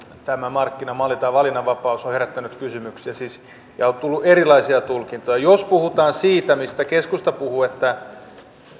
tämä markkinamalli tai valinnanvapaus on herättänyt kysymyksiä ja on tullut erilaisia tulkintoja jos puhutaan siitä mistä keskusta puhuu että